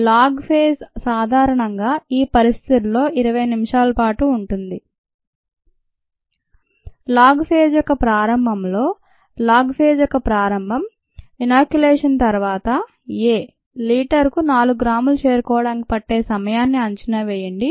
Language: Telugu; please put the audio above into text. లాగ్ ఫేజ్ సాధారణంగా ఈ పరిస్థితుల్లో 20 నిమిషాలపాటు ఉంటుంది లాగ్ ఫేజ్ యొక్క ప్రారంభంలో లాగ్ ఫేజ్ యొక్క ప్రారంభం ఇన్ నోయులేషన్ తరువాత ఎ ఎ లీటరుకు 4 గ్రాములకు చేరుకోవడానికి పట్టే సమయాన్ని అంచనా వేయండి